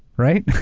right?